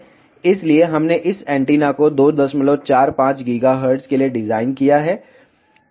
इसलिए हमने इस एंटीना को 245 GHz के लिए डिज़ाइन किया है